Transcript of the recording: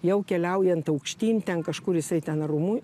jau keliaujant aukštyn ten kažkur jisai ten ar rūmuni